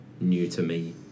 new-to-me